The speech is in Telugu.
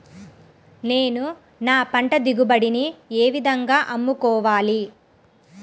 నేను నా పంట దిగుబడిని ఏ విధంగా అమ్ముకోవాలి?